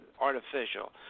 artificial